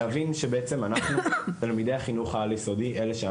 צריך להבין שאנחנו, תלמידי החינוך העל יסודי, לא